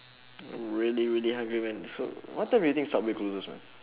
I'm really really man so what time do you think subway closes man